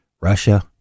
Russia